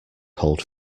cold